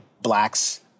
blacks